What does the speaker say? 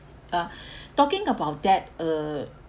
ah talking about that uh